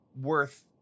worth